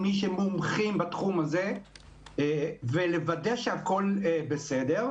מי שחיבר את הנוסחה, הוא בן אדם שיכול לטעות.